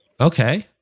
okay